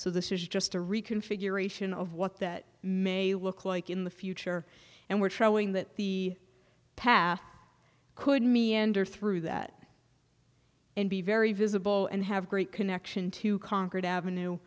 so this is just a reconfiguration of what that may look like in the future and we're showing that the path could me enter through that and be very visible and have great connection to congress avenue